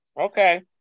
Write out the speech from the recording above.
Okay